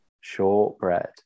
shortbread